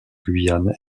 guyane